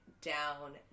down